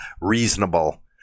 reasonable